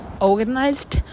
organized